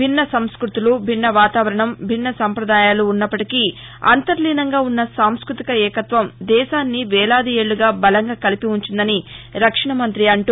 భిన్న సంస్యతులు భిన్న వాతావరణం భిన్న సాంప్రదాయాలు ఉన్నప్పటికీ అంతర్లీనంగా ఉన్న సాంస్కృతిక ఏకత్వం దేశాన్ని వేలాది ఏక్కుగా బలంగా కలిపి ఉంచిందని రక్షణ మంత్రి అంటూ